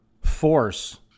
force